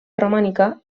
romànica